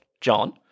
John